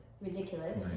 ridiculous